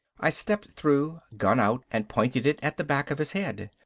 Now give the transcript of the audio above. i stepped through, gun out, and pointed it at the back of his head.